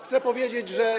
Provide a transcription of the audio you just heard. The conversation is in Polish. Chcę powiedzieć, że